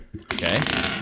Okay